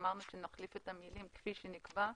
אמרנו שנחליף את המילים "כפי שנקבע"